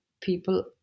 people